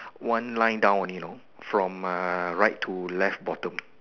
one line down only you now from right to left bottom